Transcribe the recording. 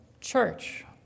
church